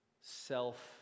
self